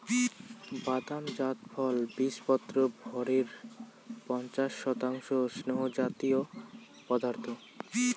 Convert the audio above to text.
বাদাম জাত ফলত বীচপত্রর ভরের পঞ্চাশ শতাংশ স্নেহজাতীয় পদার্থ